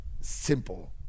simple